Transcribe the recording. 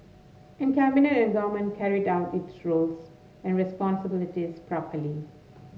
and cabinet and government carried out its roles and responsibilities properly